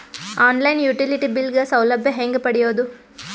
On line utility bill ಗ ಸೌಲಭ್ಯ ಹೇಂಗ ಪಡೆಯೋದು?